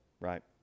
Right